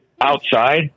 outside